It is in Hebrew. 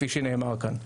כפי שנאמר כאן.